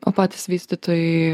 o patys vystytojai